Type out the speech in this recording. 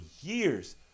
years